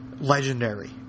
legendary